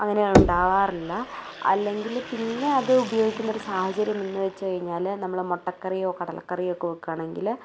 അങ്ങനെ ഉണ്ടാകാറില്ല അല്ലെങ്കിൽ പിന്നെ അത് ഉപയോഗിക്കുന്നൊരു സാഹചര്യം എന്നു വെച്ചു കഴിഞ്ഞാൽ നമ്മൾ മുട്ടക്കറിയോ കടലക്കറിയോ ഒക്കെ വെക്കുകയാണെങ്കിൽ